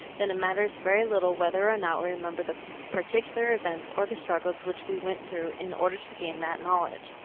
then it matters very little whether or not we remember the particular events, or the struggles which we went through in order to gain that knowledge.